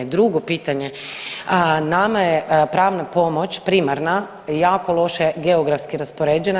Drugo pitanje, nama je pravna pomoć primarna jako loše geografski raspoređena.